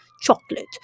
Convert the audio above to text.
Chocolate